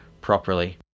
properly